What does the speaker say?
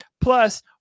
Plus